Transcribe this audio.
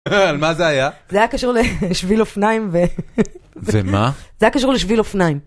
על מה זה היה? זה היה קשור לשביל אופניים ו... זה מה? זה היה קשור לשביל אופניים.